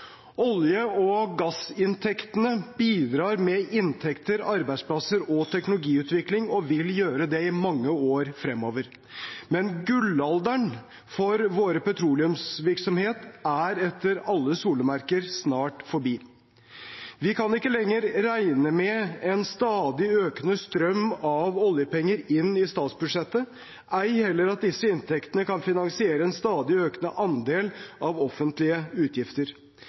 Olje- og gassvirksomheten bidrar med inntekter, arbeidsplasser og teknologiutvikling og vil gjøre det i mange år fremover, men gullalderen for vår petroleumsvirksomhet er etter alle solemerker snart forbi. Vi kan ikke lenger regne med en stadig økende strøm av oljepenger inn i statsbudsjettet, ei heller at disse inntektene kan finansiere en stadig økende andel av offentlige utgifter.